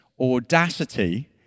audacity